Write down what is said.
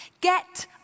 get